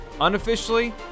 Unofficially